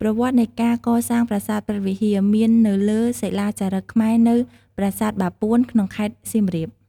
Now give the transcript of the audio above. ប្រវត្តិនៃការកសាងប្រាសាទព្រះវិហារ មាននៅលើសិលាចារឹកខ្មែរនៅ ប្រាសាទបាពួន ក្នុងខេត្តសៀមរាប។